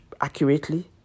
accurately